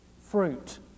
fruit